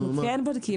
אנחנו כן בודקים.